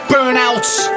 Burnouts